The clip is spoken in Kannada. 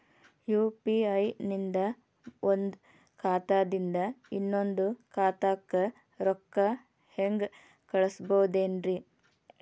ಯು.ಪಿ.ಐ ನಿಂದ ಒಂದ್ ಖಾತಾದಿಂದ ಇನ್ನೊಂದು ಖಾತಾಕ್ಕ ರೊಕ್ಕ ಹೆಂಗ್ ಕಳಸ್ಬೋದೇನ್ರಿ?